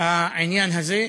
העניין הזה,